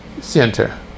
center